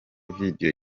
video